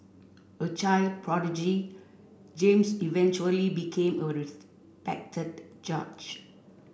a child prodigy James eventually became a respected judge